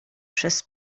przez